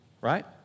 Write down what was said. Right